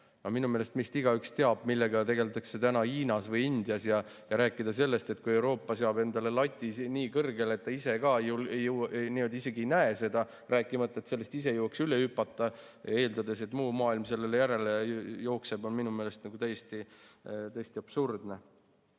minu meelest meist igaüks teab, millega tegeldakse täna Hiinas või Indias. Ja rääkida sellest, et kui Euroopa seab endale lati nii kõrgele, et ta ise ka isegi ei näe seda, rääkimata, et sellest jõuaks üle hüpata, eeldades, et muu maailm sellele järele jookseb, on minu meelest täiesti absurdne.